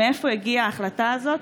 מאיפה הגיעה ההחלטה הזאת?